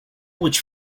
which